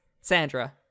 Sandra